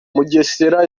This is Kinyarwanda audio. mugesera